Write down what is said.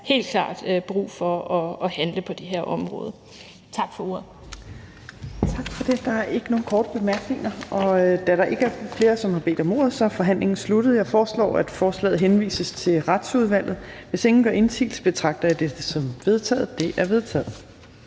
helt klart brug for at handle på det her område. Tak for ordet. Kl. 17:36 Fjerde næstformand (Trine Torp): Tak for det. Der er ikke nogen korte bemærkninger. Da der ikke er flere, der har bedt om ordet, er forhandlingen sluttet. Jeg foreslår, at forslaget henvises til Retsudvalget. Hvis ingen gør indsigelse, betragter jeg dette som vedtaget. Det er vedtaget.